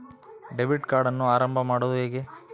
Debit ಕಾರ್ಡನ್ನು ಆರಂಭ ಮಾಡೋದು ಹೇಗೆ?